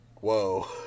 whoa